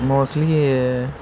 mostly